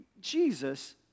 Jesus